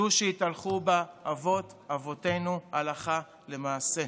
זו שהתהלכו בה אבות אבותינו הלכה למעשה,